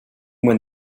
with